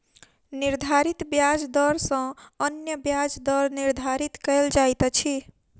निर्धारित ब्याज दर सॅ अन्य ब्याज दर निर्धारित कयल जाइत अछि